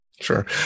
Sure